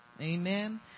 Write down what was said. Amen